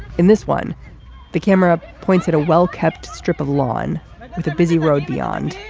in this one the camera pointed a well-kept strip of lawn with a busy road beyond.